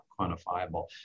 quantifiable